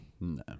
No